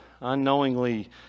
unknowingly